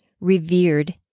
revered